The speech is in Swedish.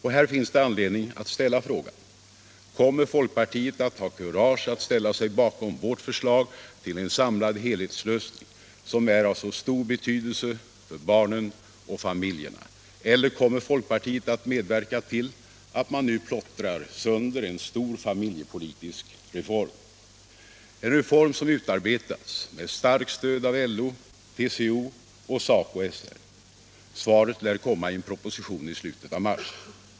Här finns det anledning att ställa frågan: Kommer folkpartiet att ha kurage att ställa sig bakom vårt förslag till en samlad helhetslösning som är av så stor betydelse för barnen och familjerna? Eller kommer folkpartiet att medverka till att man nu plottrar sönder en stor familjepolitisk reform, en reform som utarbetats med starkt stöd av LO, TCO och SACO/SR? Svaret lär komma i en proposition i slutet av mars.